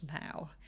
now